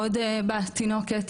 עוד בת תינוקת,